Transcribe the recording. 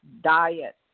diet